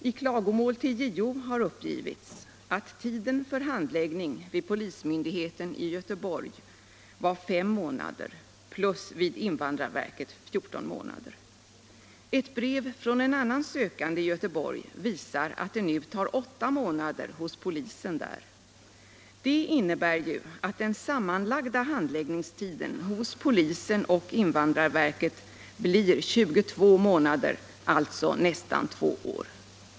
I klagomål till JO har uppgivits att tiden för handläggning vid polismyndigheten i Göteborg var fem månader och vid invandrarverket 14 månader. Ett brev från en annan sökande i Göteborg visar att det nu tar åtta månader hos polisen där. Detta innebär att den sammanlagda handläggningstiden hos polisen och invandrarverket blir 22 månader, alltså nästan två år.